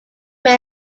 they